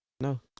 no